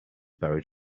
buried